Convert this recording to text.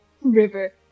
river